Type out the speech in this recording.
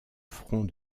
front